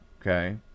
okay